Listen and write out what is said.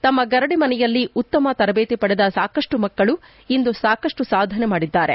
ತಮ್ಮ ಗರಡಿ ಮನೆಯಲ್ಲಿ ಉತ್ತಮ ತರಬೇತಿ ಪಡೆದ ಸಾಕಪ್ಪು ಮಕ್ಕಳು ಇಂದು ಸಾಕಷ್ಟು ಸಾಧನೆ ಮಾಡಿದ್ದಾರೆ